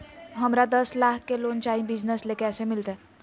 हमरा दस लाख के लोन चाही बिजनस ले, कैसे मिलते?